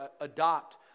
adopt